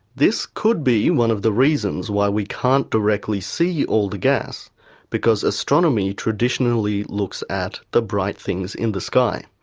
this could be one of the reasons why we can't directly see all the gas because astronomy traditionally looks at the bright things in the sky.